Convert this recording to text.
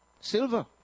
silver